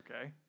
Okay